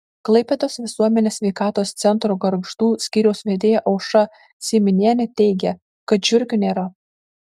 klaipėdos visuomenės sveikatos centro gargždų skyriaus vedėja aušra syminienė teigia kad žiurkių nėra